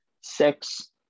six